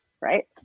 right